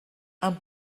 amb